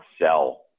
sell